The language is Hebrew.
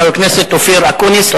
התשע"א 2010. חבר הכנסת אופיר אקוניס.